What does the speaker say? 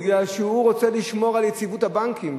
מפני שהוא רוצה לשמור על יציבות הבנקים.